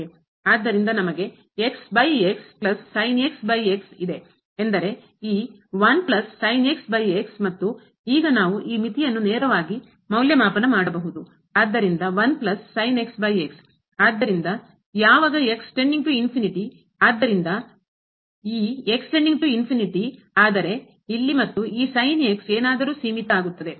ಆದ್ದರಿಂದ ನಮಗೆ ಎಂದರೆ ಈ ಮತ್ತು ಈಗ ನಾವು ಈ ಮಿತಿಯನ್ನು ನೇರವಾಗಿ ಮೌಲ್ಯಮಾಪನ ಮಾಡಬಹುದು ಆದ್ದರಿಂದ ಆದ್ದರಿಂದ ಯಾವಾಗ ಆದ್ದರಿಂದ ಈ ಆದರೆ ಇಲ್ಲಿ ಮತ್ತು ಈ ಏನಾದರೂ ಸೀಮಿತ ಆಗುತ್ತದೆ